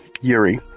Yuri